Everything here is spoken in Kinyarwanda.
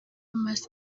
marx